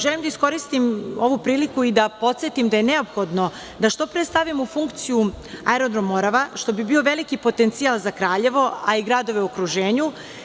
Želim da iskoristim ovu priliku i da podsetim da je neophodno da što pre stavimo u funkciju aerodrom Morava, što bi bio veliki potencijal za Kraljevo, a i gradove u okruženju.